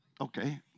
Okay